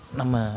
nama